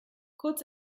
kurz